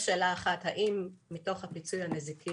יש שאלה אחת האם מתוך הפיצוי הנזיקי